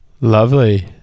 Lovely